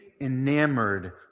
Enamored